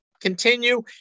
continue